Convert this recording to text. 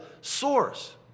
source